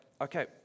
Okay